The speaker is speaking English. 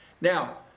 Now